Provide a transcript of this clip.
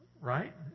right